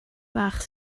bach